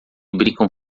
brincam